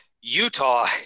Utah